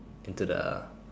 into the